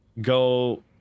go